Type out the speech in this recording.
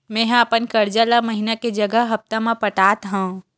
मेंहा अपन कर्जा ला महीना के जगह हप्ता मा पटात हव